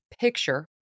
picture